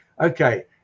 okay